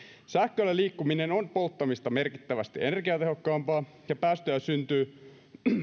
sähköllä liikkuminen on polttamista merkittävästi energiatehokkaampaa ja päästöjä syntyy